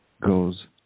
goes